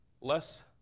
Less